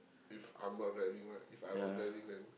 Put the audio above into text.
if I'm not driving lah If I was driving then